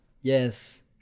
Yes